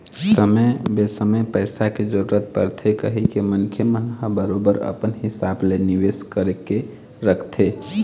समे बेसमय पइसा के जरूरत परथे कहिके मनखे मन ह बरोबर अपन हिसाब ले निवेश करके रखथे